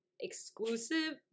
exclusive